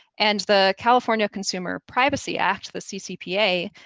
and the california consumer privacy act, the ccpa,